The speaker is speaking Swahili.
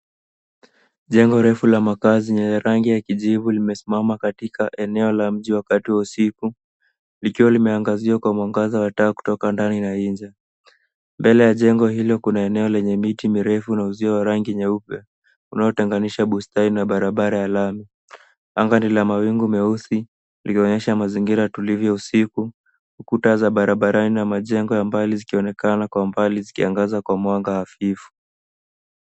Jengo refu la makazi yenye rangi ya kijivu limesimama katika eneo la mji wakati wa usiku, likiwa limeangaziwa kwa mwangaza wa taa kutoka ndani na nje. Mbele ya jengo hilo kuna eneo lenye miti mirefu na uzio wa rangi nyeupe, unaotenganisha bustani na barabara ya lami. Anga ni la mawingu meusi likionyesha mazingira tulivu ya usiku, ukuta za barabarani na majengo ya mbali zikionekana kwa mbali zikiangaza kwa mwanga hafifu.